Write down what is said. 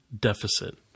deficit